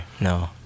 No